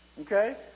Okay